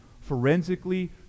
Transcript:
forensically